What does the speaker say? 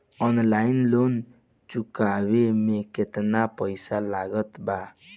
Online loan चुकवले मे केतना पईसा लागत बा?